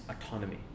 autonomy